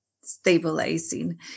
stabilizing